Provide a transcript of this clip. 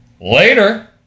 Later